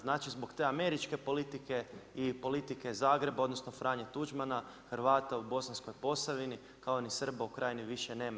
Znači zbog te američke politike i politike Zagreba, odnosno, Franje Tuđmana, Hrvata u Bosanskoj Posavini, kao i Srba u Krajini više nema.